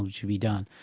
should be done.